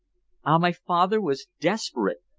ah! my father was desperate,